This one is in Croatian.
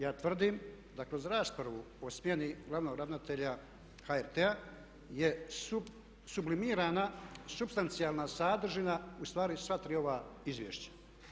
Ja tvrdim da kroz raspravu o smjeni glavnog ravnatelja HRT-a je sublimirana supstacijalna sadržina ustvari sva tri ova izvješća.